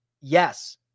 Yes